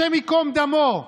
השם ייקום דמו,